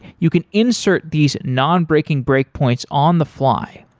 you can insert these nonbreaking breakpoints on the fly.